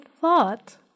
thought